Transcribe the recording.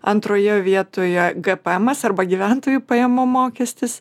antroje vietoje gpemas arba gyventojų pajamų mokestis